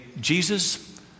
Jesus